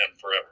forever